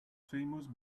famous